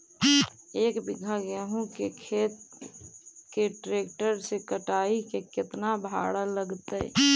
एक बिघा गेहूं के खेत के ट्रैक्टर से कटाई के केतना भाड़ा लगतै?